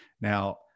Now